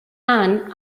han